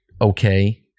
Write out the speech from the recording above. okay